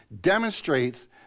demonstrates